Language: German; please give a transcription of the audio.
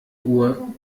uhr